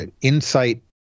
insight